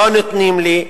לא נותנים לי.